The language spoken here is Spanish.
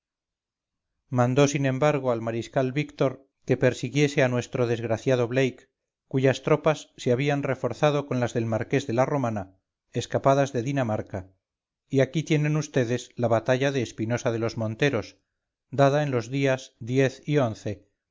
mandó sin embargo al mariscal víctor que persiguiese a nuestro degraciado blake cuyas tropas se habían reforzado con las del marqués de la romana escapadas de dinamarca y aquí tienen vds la batalla de espinosa de los monteros dada en los días y